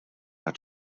but